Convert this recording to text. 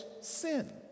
sin